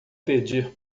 pedir